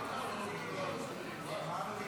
אתמול נאמר לי